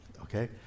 okay